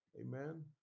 Amen